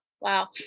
Wow